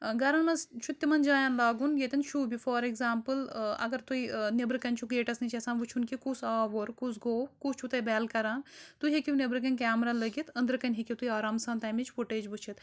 گَرَن منٛز چھُ تِمَن جایَن لاگُن ییٚتٮ۪ن شوٗبہِ فار ایٚکزامپٕل اگر تُہۍ نٮ۪برٕ کَنۍ چھُو گیٹَس نِش آسان وٕچھُن کہِ کُس آو اورٕ کُس گوٚو کُس چھُو تۄہہِ بٮ۪ل کَران تُہۍ ہیٚکِو نٮ۪برٕ کَنۍ کیمرا لٲگِتھ أنٛدرٕ کَنۍ ہیٚکِو تُہۍ آرام سان تَمِچ فُٹیج وٕچھِتھ